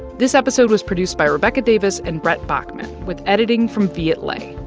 this episode was produced by rebecca davis and brett bachman with editing from viet le.